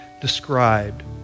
described